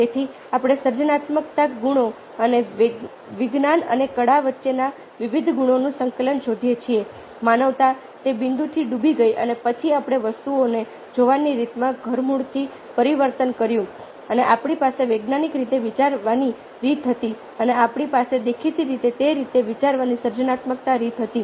તેથી આપણે સર્જનાત્મક ગુણો અને વિજ્ઞાન અને કળા વચ્ચેના વિવિધ ગુણોનું સંકલન શોધીએ છીએ માનવતા તે બિંદુથી ડૂબી ગઈ અને પછી આપણે વસ્તુઓને જોવાની રીતમાં ધરમૂળથી પરિવર્તન કર્યું અને આપણી પાસે વૈજ્ઞાનિક રીતે વિચારવાની રીત હતી અને આપણી પાસે દેખીતી રીતે તે રીતે વિચારવાની સર્જનાત્મક રીત હતી